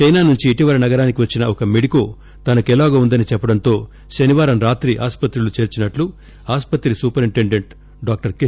China నుంచి ఇటీవల నగరానికి వచ్చిన ఒక మెడికో తనకెలాగో వుందని చెప్పడంతో శనివారం రాత్రి ఆసుపత్రిలో చేర్పినట్లు ఆసుపత్రి సూపరింటెండెంట్ డాక్టర్ కె